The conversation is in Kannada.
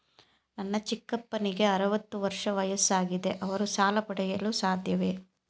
ನನ್ನ ಚಿಕ್ಕಪ್ಪನಿಗೆ ಅರವತ್ತು ವರ್ಷ ವಯಸ್ಸಾಗಿದೆ ಅವರು ಸಾಲ ಪಡೆಯಲು ಸಾಧ್ಯವೇ?